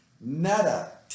Meta